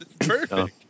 Perfect